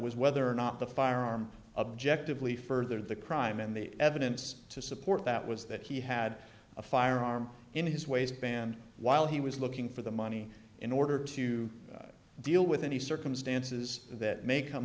was whether or not the firearm objectively further the crime and the evidence to support that was that he had a firearm in his waistband while he was looking for the money in order to deal with any circumstances that may come